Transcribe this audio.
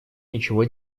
ничего